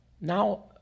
Now